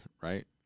right